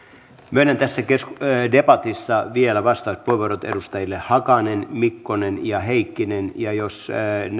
myönnän tässä debatissa vielä vastauspuheenvuorot edustajille hakanen mikkonen ja heikkinen ja jos